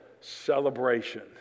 celebration